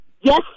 Yes